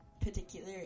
particular